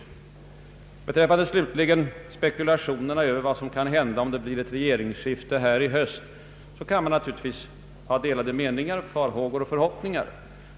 Beträffande spekulationerna över vad som kan hända om det blir ett rege ringsskifte i höst, vill jag slutligen säga, att man naturligtvis kan ha delade meningar, farhågor och förhoppningar.